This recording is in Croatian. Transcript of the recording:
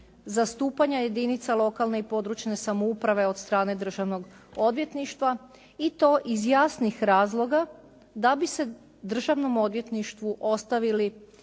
zastupanja jedinica lokalne i područne samouprave od strane državnog odvjetništva i to iz jasnih razloga da bi se državnog odvjetništvu ostavili